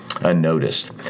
unnoticed